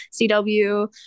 CW